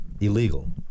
illegal